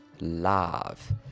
love